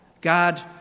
God